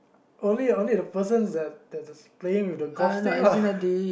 only only the person that that's playing with the golf stay lah